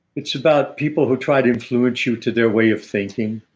it's about people who try to influence you to their way of thinking.